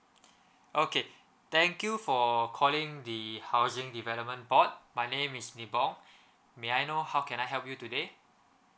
okay thank you for calling the housing development board my name is nibong may I know how can I help you today